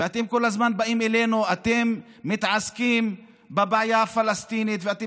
ואתם כל הזמן באים אלינו: אתם מתעסקים בבעיה הפלסטינית ואתם